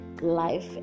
life